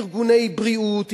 ארגוני בריאות,